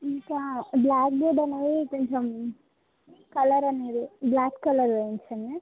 ఇంకా black board అనేది కొంచెం కలర్ అనేది బ్లాక్ కలర్ వేయించండి